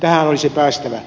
tähän olisi päästävä